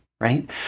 right